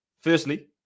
firstly